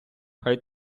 хай